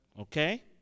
Okay